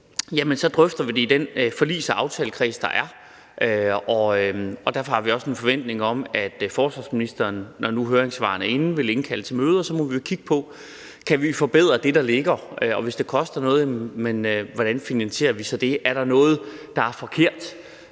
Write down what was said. så drøfter vi det i den forligs- og aftalekreds, der er. Derfor har vi også en forventning om, at forsvarsministeren, når nu høringssvarene er inde, vil indkalde til møder, og så må vi jo kigge på, om vi kan forbedre det, der ligger, og hvordan vi, hvis det koster noget, så finansierer det. Vi ser på, om der er noget,